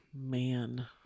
man